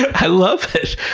i love it!